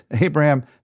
Abraham